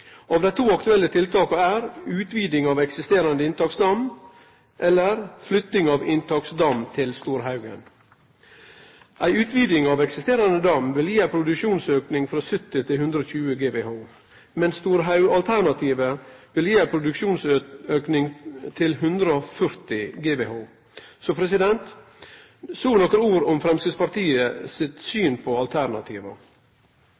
utviding av eksisterande inntaksdam eller flytting av inntaksdam til Storhaugen. Ei utviding av eksisterande dam vil gi ein produksjonsauke frå 70 til 120 GWh, mens Storhaugen-alternativet vil gi ein produksjonsauke til 140 GWh. Så nokre ord om Framstegspartiet sitt